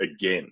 again